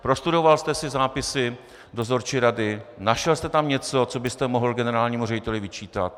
Prostudoval jste si zápisy dozorčí rady, našel jste tam něco, co byste mohl generálnímu řediteli vyčítat?